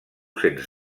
sens